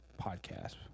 podcast